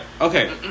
Okay